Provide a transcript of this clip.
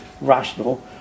rational